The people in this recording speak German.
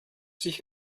sich